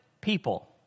people